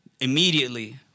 Immediately